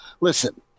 listen